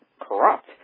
corrupt